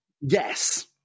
Yes